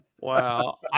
Wow